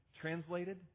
Translated